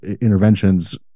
interventions